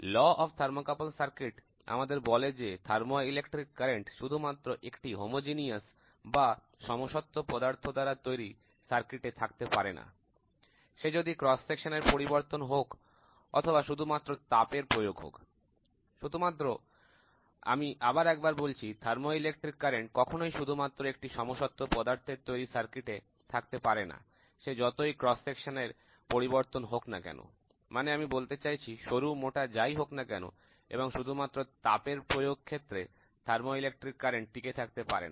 law of thermocouple circuit আমাদের বলে যে থার্মোইলেকট্রিক কারেন্ট শুধুমাত্র একটি সমসত্ব বা পদার্থ দ্বারা তৈরি বর্তনী তে থাকতে পারে না সে যদি প্রস্থচ্ছেদ এর পরিবর্তন হোক অথবা শুধুমাত্র তাপের প্রয়োগ হোক সুতরাং আমি আবার একবার বলছি থার্মোইলেকট্রিক কারেন্ট কখনোই শুধুমাত্র একটি সমসত্ব পদার্থের তৈরি বর্তনীতে থাকতে পারেনা সে যতই প্রস্থচ্ছেদের পরিবর্তন হোক না কেন মানে আমি বলতে চাইছি শীর্ণ বা স্থূল যাই হোক না কেন এবং শুধুমাত্র তাপের প্রয়োগ ক্ষেত্রে থার্মোইলেকট্রিক প্রবাহ টিকে থাকতে পারে না